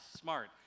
smart